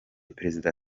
perezida